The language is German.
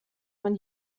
man